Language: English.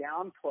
downplay